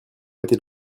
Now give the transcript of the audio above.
était